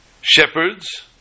shepherds